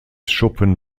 schuppen